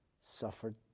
suffered